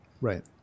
right